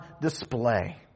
display